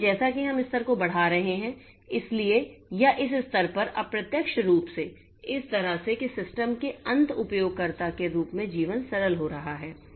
इसलिए जैसा कि हम इस स्तर को बढ़ा रहे हैं इसलिए या इस स्तर पर अप्रत्यक्ष रूप से इस तरह से कि सिस्टम के अंत उपयोगकर्ता के रूप में जीवन सरल हो रहा है